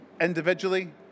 individually